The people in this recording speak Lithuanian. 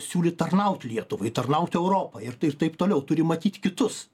siūlyt tarnauti lietuvai tarnauti europai ir taip toliau turi matyt kitus